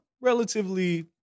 relatively